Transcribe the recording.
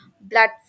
blood